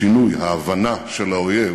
שינוי, ההבנה של האויב